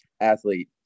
athlete